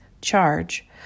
charge